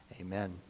Amen